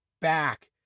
back